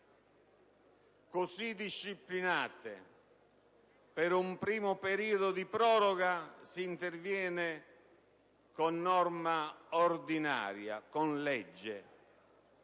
così disciplinate: per un primo periodo di proroga, si interviene con legge ordinaria, ma si